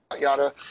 yada